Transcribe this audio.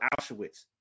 Auschwitz